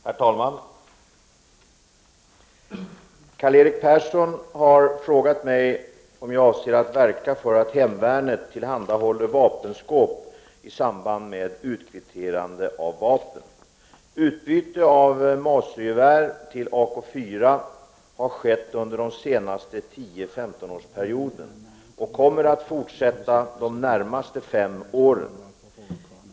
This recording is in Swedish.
Herr talman! Karl-Erik Persson har frågat mig om jag avser att verka för att hemvärnet tillhandahåller vapenskåp i samband med utkvitterande av vapen. Utbyte av mausergevär mot Ak 4 har skett under den senaste 10-15-årsperioden, och detta kommer att fortsätta de närmaste fem åren.